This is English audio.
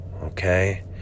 okay